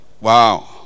Wow